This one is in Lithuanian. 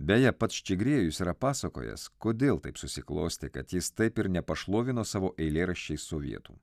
beje pats čigriejus yra pasakojęs kodėl taip susiklostė kad jis taip ir nepašlovino savo eilėraščiais sovietų